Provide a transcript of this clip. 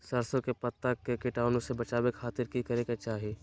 सरसों के पत्ता के कीटाणु से बचावे खातिर की करे के चाही?